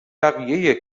بقیه